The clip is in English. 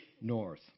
north